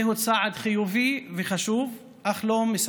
זהו צעד חיובי וחשוב, אך לא מספק.